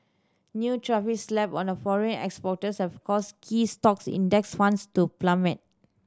new tariffs slapped on foreign exporters have caused key stock Index Funds to plummet